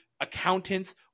Accountants